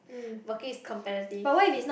working is competitive